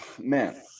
man